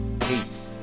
peace